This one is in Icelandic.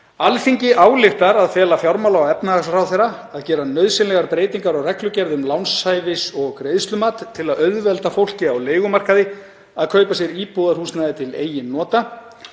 „Alþingi ályktar að fela fjármála- og efnahagsráðherra að gera nauðsynlegar breytingar á reglugerð um lánshæfis- og greiðslumat til að auðvelda fólki á leigumarkaði að kaupa sér íbúðarhúsnæði til eigin nota.